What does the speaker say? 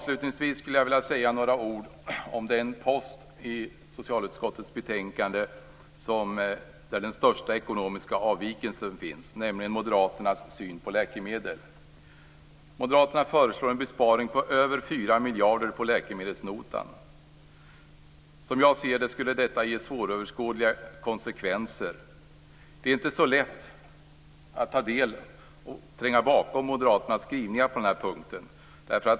Sedan vill jag säga några ord om den post i socialutskottets betänkande där den största ekonomiska avvikelsen finns, nämligen moderaternas syn på läkemedel. Moderaterna föreslår en besparing på över 4 miljarder på läkemedelsnotan. Som jag ser det skulle detta ge svåröverskådliga konsekvenser. Det är inte så lätt att ta del och tränga bakom moderaternas skrivningar på den här punkten.